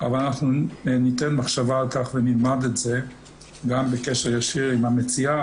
אבל אנחנו ניתן מחשבה על כך ונלמד את זה גם בקשר ישיר עם המציעה,